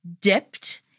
dipped